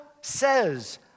says